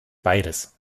beides